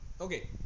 Okay